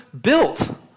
built